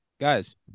guys